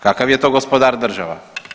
Kakav je to gospodar država?